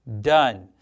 done